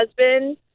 husband